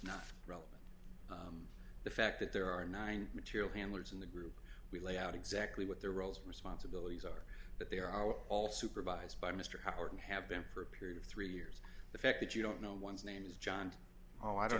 relevant the fact that there are nine material handlers in the group we lay out exactly what their roles responsibilities are but they are all supervised by mr howard and have been for a period of three years the fact that you don't know one's name is john oh i don't